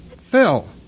Phil